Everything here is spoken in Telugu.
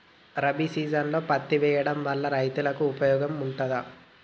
రబీ సీజన్లో పత్తి వేయడం వల్ల రైతులకు ఉపయోగం ఉంటదా?